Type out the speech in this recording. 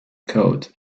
code